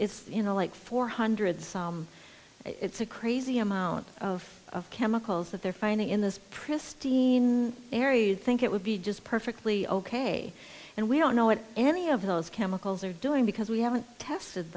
it's you know like for hundreds it's a crazy amount of chemicals that they're finding in this pristine area you'd think it would be just perfectly ok and we don't know what any of those chemicals are doing because we haven't tested